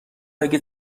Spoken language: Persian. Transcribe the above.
اگه